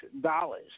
dollars